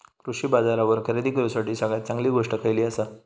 कृषी बाजारावर खरेदी करूसाठी सगळ्यात चांगली गोष्ट खैयली आसा?